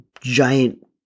giant